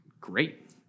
great